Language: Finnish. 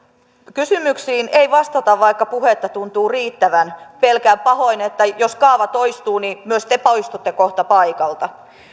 kysymyksiin ei vastata vaikka puhetta tuntuu riittävän pelkään pahoin että jos kaava toistuu niin myös te poistutte kohta paikalta